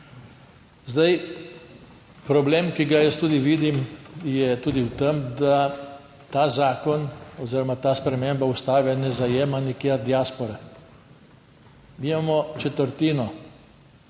povedan. Problem, ki ga jaz tudi vidim je tudi v tem, da ta zakon oziroma ta sprememba Ustave ne zajema nikjer diaspore. Mi imamo četrtino